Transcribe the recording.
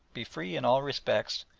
be free in all respects,